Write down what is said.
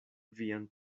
vian